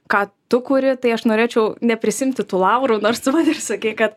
ką tu kuri tai aš norėčiau neprisiimti tų laurų nors tu man ir sakei kad